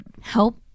help